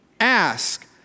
ask